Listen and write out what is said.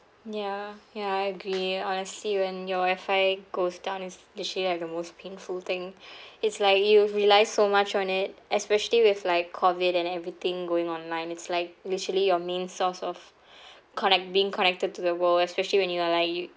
ya ya I agree honestly when your wi-fi goes down it's actually are the most painful thing it's like you've rely so much on it especially with like COVID and everything going online it's like literally your main source of connect being connected to the world especially when you are like